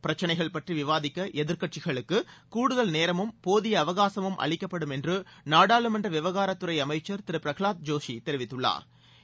பிரச்சினைகள் பற்றி விவாதிக்க எதிர்கட்சிகளுக்கு கூடுதல் நேரமும் போதிய அவகாகமும் அளிக்கப்படும் என்று நாடாளுமன்ற விவகாரத்துறை அமைச்சர் திரு பிரகலாத் ஜோஷி தெரிவித்துள்ளாா்